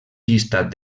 llistat